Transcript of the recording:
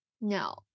no